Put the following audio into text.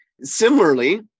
Similarly